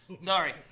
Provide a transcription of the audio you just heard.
Sorry